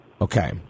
Okay